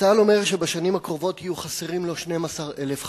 צה"ל אומר שבשנים הקרובות יהיו חסרים לו 12,000 חיילים.